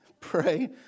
Pray